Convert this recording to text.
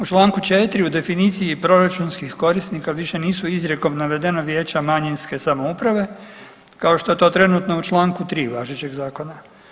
U čl. 4. u definiciji proračunskih korisnika, više nisu izrijekom navedena vijeća manjinske samouprave kao što je to trenutno u čl. 3 važećeg zakona.